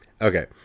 Okay